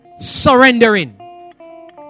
surrendering